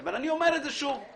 אבל אני אומר את זה שוב,